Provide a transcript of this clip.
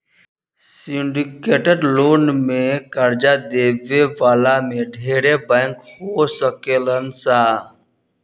syndicated loan में कर्जा देवे वाला में ढेरे बैंक हो सकेलन सा